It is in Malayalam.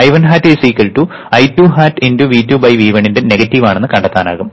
I1 hat I2 hat × V2 V1 ന്റെ നെഗറ്റീവ് ആണെന്ന് കണ്ടെത്താനാകും